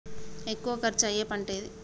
ఎక్కువ ఖర్చు అయ్యే పంటేది?